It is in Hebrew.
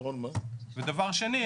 דבר שני,